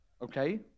okay